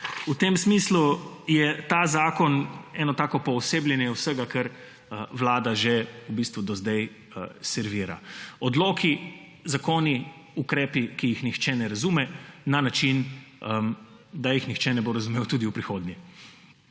V tem smislu je ta zakon eno tako poosebljenje vsega, kar vlada že v bistvu do zdaj servira – odloki, zakoni, ukrepi, ki jih nihče ne razume, na način, da jih nihče ne bo razumel tudi v prihodnje.